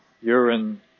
urine